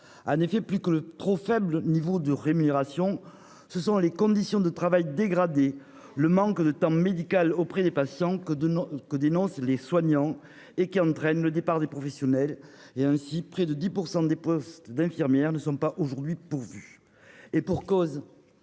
En effet, plus encore que le trop faible niveau de rémunération, ce sont les conditions de travail dégradées et le manque de temps médical auprès des patients- que dénoncent les soignants -qui entraînent le départ des professionnels. Ainsi, près de 10 % des postes d'infirmière ne sont pas pourvus à l'heure actuelle. Et pour cause !